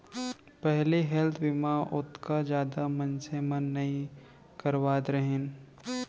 पहिली हेल्थ बीमा ओतका जादा मनसे मन नइ करवात रहिन